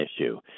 issue